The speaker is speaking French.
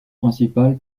principal